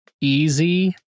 easy